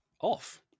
off